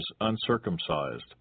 uncircumcised